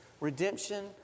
Redemption